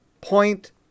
point